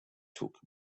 took